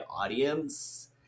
audience